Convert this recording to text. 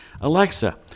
Alexa